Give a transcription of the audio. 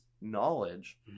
knowledge